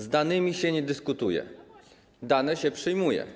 Z danymi się nie dyskutuje, dane się przyjmuje.